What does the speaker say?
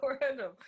random